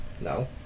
No